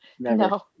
No